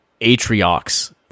Atriox